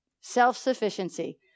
self-sufficiency